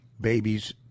babies